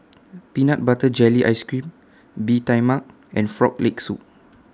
Peanut Butter Jelly Ice Cream Bee Tai Mak and Frog Leg Soup